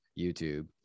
YouTube